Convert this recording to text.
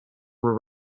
were